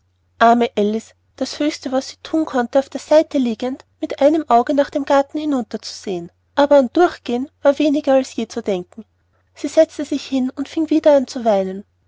das höchste was sie thun konnte war auf der seite liegend mit einem auge nach dem garten hinunterzusehen aber an durchgehen war weniger als je zu denken sie setzte sich hin und fing wieder an zu weinen